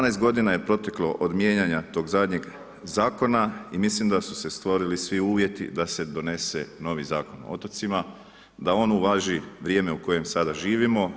12 godina je proteklo od mijenjanja tog zadnjeg zakona i mislim da su se stvorili svi uvjeti da se donese novi Zakon o otocima, da on uvaži vrijeme u kojem sada živimo.